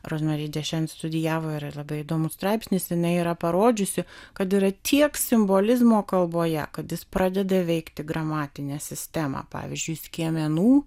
rozmari dešen studijavo yra labai įdomus straipsnis jinai yra parodžiusi kad yra tiek simbolizmo kalboje kad jis pradeda veikti gramatinę sistemą pavyzdžiui skiemenų